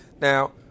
Now